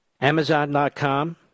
Amazon.com